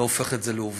לא הופך את זה לעובדה.